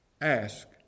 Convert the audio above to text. Ask